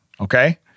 Okay